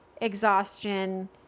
exhaustion